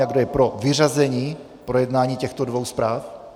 Kdo je pro vyřazení projednání těchto dvou zpráv?